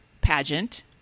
pageant